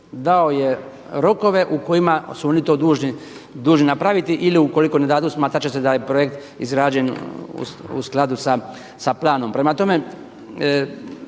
dao je rokove u kojima su oni to dužni napraviti ili ukoliko ne dadu smatrat će se da je projekt izrađen u skladu sa pravnom. Prema tome,